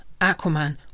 Aquaman